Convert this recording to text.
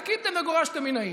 לקיתם וגורשתם מהעיר.